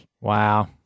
Wow